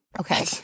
Okay